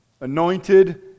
anointed